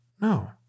No